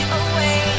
away